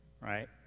right